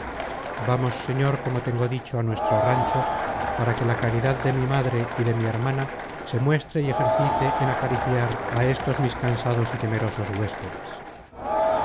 vamos señor como tengo dicho á nuestro rancho para que la caridad de mi madre y de mi hermana se muestre y ejercite en acariciar á estos mis cansados y temerosos huéspedes